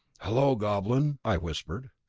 hello, goblin, i whispered.